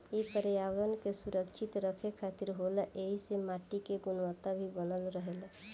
इ पर्यावरण के सुरक्षित रखे खातिर होला ऐइसे माटी के गुणवता भी बनल रहेला